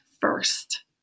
first